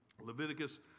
Leviticus